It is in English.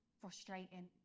frustrating